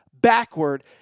backward